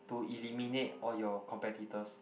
to eliminate all your competitors